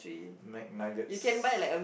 McNuggets